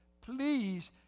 please